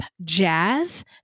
Jazz